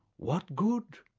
what good,